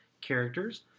characters